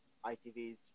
ITV's